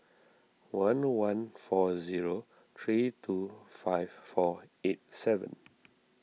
one one four zero three two five four eight seven